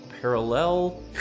parallel